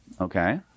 okay